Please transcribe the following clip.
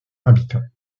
habitants